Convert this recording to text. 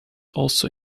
also